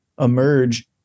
emerge